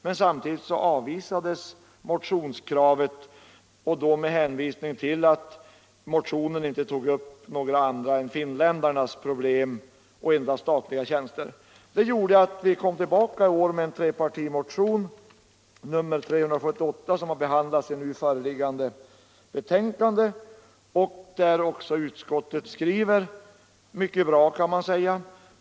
Men samtidigt avvisade utskottet motionskravet med hänvisning tll att motionen endast tog upp finländarnas problem och endast statliga tjänster. Detta gjorde att vi kom tillbaka i år med trepartimotionen 378, som behandlas i nu förevarande betänkande, och där utskottet också skriver mycket välvilligt.